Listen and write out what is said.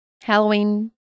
Halloween